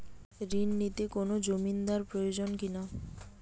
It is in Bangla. ঋণ নিতে কোনো জমিন্দার প্রয়োজন কি না?